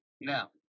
Now